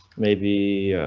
maybe a